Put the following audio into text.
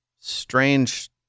strange